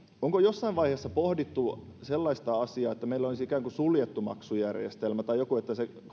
onko jossain vaiheessa pohdittu sellaista asiaa että meillä olisi ikään kuin suljettu maksujärjestelmä tai joku